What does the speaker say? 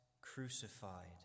crucified